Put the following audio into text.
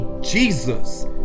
Jesus